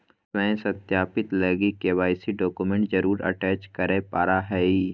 स्व सत्यापित लगी के.वाई.सी डॉक्यूमेंट जरुर अटेच कराय परा हइ